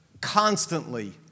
constantly